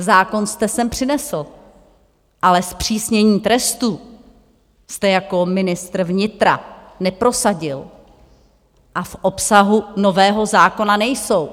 Zákon jste sem přinesl, ale zpřísnění trestů jste jako ministr vnitra neprosadil a v obsahu nového zákona nejsou.